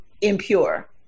impure